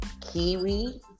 kiwi